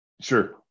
Sure